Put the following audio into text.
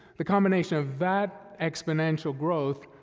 the combination of that exponential growth,